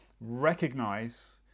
recognize